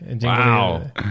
Wow